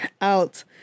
out